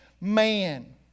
man